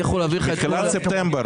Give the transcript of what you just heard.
בתחילת ספטמבר.